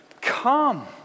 come